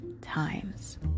times